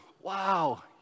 Wow